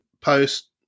post